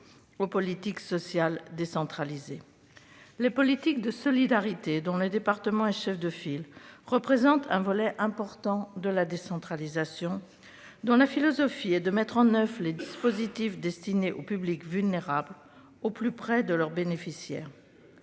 aux politiques sociales décentralisées. Les politiques de solidarité, dont le département est chef de file, représentent un volet important de la décentralisation, avec pour philosophie de mettre en oeuvre les dispositifs destinés aux publics vulnérables au plus près de leurs bénéficiaires.